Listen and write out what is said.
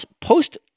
post